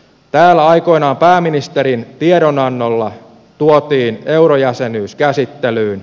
täällä aikoinaan pääministerin tiedonannolla tuotiin eurojäsenyys käsittelyyn